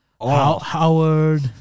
Howard